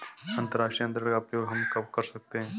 अंतर्राष्ट्रीय अंतरण का प्रयोग हम कब कर सकते हैं?